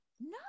no